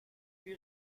lui